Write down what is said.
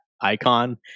icon